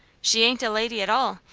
she ain't a lady at all,